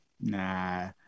Nah